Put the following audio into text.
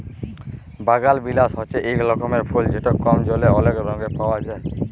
বাগালবিলাস হছে ইক রকমের ফুল যেট কম জলে অলেক রঙে পাউয়া যায়